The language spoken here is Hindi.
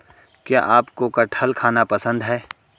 क्या आपको कठहल खाना पसंद है?